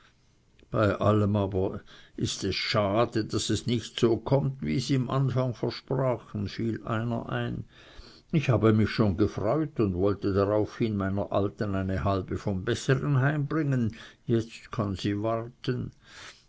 bei dem allem ist es aber schade daß es nicht so kömmt wie sie im anfang versprachen fiel einer ein ich habe mich schon gefreut und wollte daraufhin meiner alten eine halbe vom bessern heimbringen jetzt kann sie warten